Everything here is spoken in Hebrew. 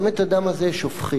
גם את הדם הזה שופכים.